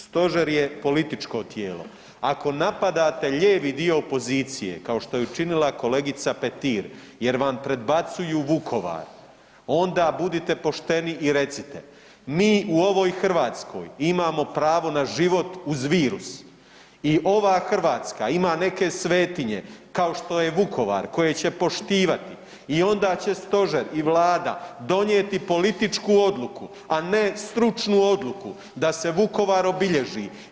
Stožer je političko tijelo, ako napadate lijevi dio opozicije kao što je učinila kolegica Petir jer vam predbacuju Vukovar onda budite pošteni i recite, mi u ovoj Hrvatskoj imamo pravo na život uz virus i ova Hrvatska ima neke svetinje kao što je Vukovar koje će poštivati i onda će stožer i Vlada donijeti političku odluku, a ne stručnu odluku da se Vukovar obilježi.